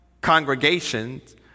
congregations